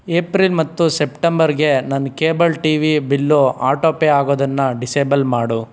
April ಮತ್ತು ಸೆಪ್ಟೆಂಬರ್ಗೆ ನನ್ನ cable TV bill auto pay ಆಗೋದನ್ನು ಡಿಸೆಬಲ್ ಮಾಡು